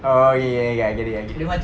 oh ya ya ya I get it I get it